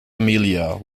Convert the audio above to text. amelia